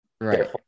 Right